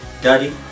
Daddy